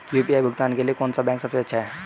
UPI भुगतान के लिए कौन सा बैंक सबसे अच्छा है?